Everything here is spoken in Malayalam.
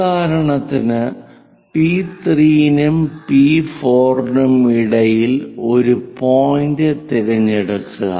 ഉദാഹരണത്തിന് പി 3 നും പി 4 നും ഇടയിൽ ഒരു പോയിന്റ് തിരഞ്ഞെടുക്കുക